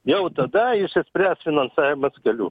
jau tada išsispręs finansavimas kelių